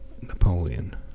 Napoleon